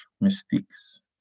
mistakes